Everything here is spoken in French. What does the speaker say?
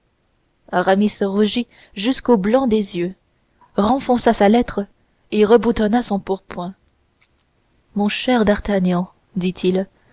rougit jusqu'au blanc des yeux renfonça sa lettre et reboutonna son pourpoint mon cher d'artagnan dit-il